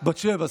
בת שבע.